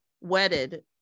wedded